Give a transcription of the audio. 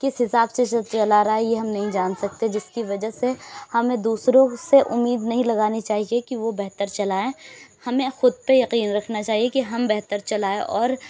کس حساب سے چلا رہا ہے یہ ہم نہیں جان سکتے جس کہ وجہ سے ہمیں دوسروں سے امید نہیں لگانی چاہیے کہ وہ بہتر چلائیں ہمیں خود پہ یقین رکھنا چاہیے کہ ہم بہتر چلائیں اور